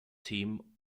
team